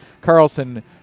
Carlson